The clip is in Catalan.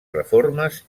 reformes